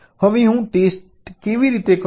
હવે હું ટેસ્ટ કેવી રીતે કરું